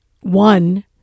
One